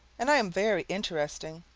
and i am very interesting,